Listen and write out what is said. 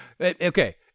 okay